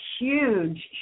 huge